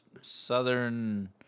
Southern